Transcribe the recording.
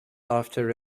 after